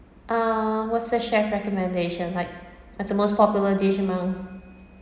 uh what's the chef recommendation like that's the most popular dish among